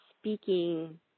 speaking